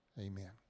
amen